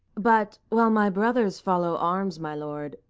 but, while my brothers follow arms, my lord,